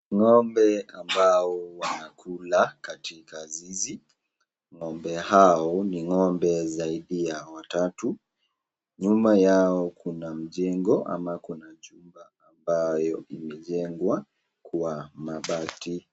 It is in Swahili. Ng'ombe ambao wanakula katika zizi. Ng'ombe hao ni zaidi ya watatu, nyuma yao kuna mjemgo ama kuna jumba ambayo imejengwa kwa mabati.